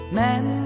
men